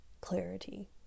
clarity